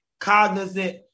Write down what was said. cognizant